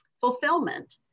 fulfillment